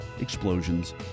explosions